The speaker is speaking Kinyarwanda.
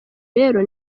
rero